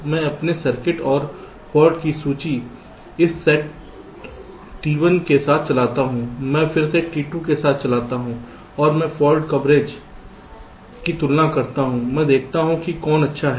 मैं अपने सर्किट और फॉल्ट्स की सूची इस सेट T1 के साथ चलाता हूं मैं फिर से T2 के साथ चलता हूं और मैं फॉल्ट कवरेज की तुलना करता हूं मैं देखता हूं कि कौन अच्छा है